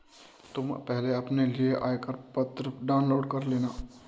तुम पहले अपने लिए आयकर प्रपत्र डाउनलोड कर लेना